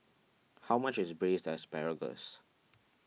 how much is Braised Asparagus